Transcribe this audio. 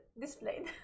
displayed